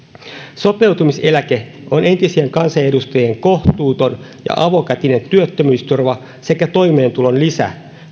sopeutumiseläke on entisten kansanedustajien kohtuuton ja avokätinen työttömyysturva sekä toimeentulon lisä